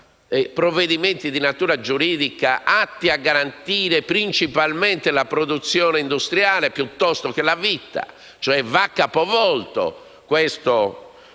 provvedimenti di natura giuridica atti a garantire principalmente la produzione industriale piuttosto che la vita. Va cioè capovolto questo